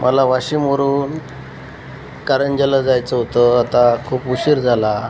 मला वाशिमवरून कारंजाला जायचं होतं आता खूप उशीर झाला